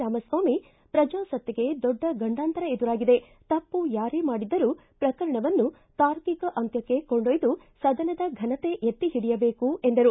ರಾಮಸ್ವಾಮಿ ಪ್ರಜಾಸತ್ತೆಗೆ ದೊಡ್ಡ ಗಂಡಾಂತರ ಎದುರಾಗಿದೆ ತಪ್ಪು ಯಾರೇ ಮಾಡಿದ್ದರೂ ಪ್ರಕರಣವನ್ನು ತಾರ್ಕಿಕ ಅಂತ್ಯಕ್ಷೆ ಕೊಂಡೊಯ್ದ ಸದನದ ಘನತೆ ಎತ್ತಿ ಹಿಡಿಯಬೇಕು ಎಂದರು